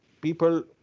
people